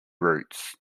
roots